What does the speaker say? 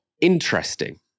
interesting